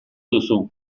duzu